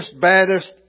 baddest